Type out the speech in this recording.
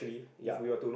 ya